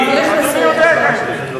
אתה יודע את זה.